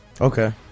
okay